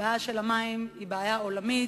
הבעיה של המים היא בעיה עולמית.